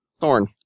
Thorn